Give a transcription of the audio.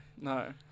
No